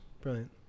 Brilliant